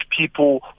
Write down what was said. people